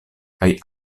kaj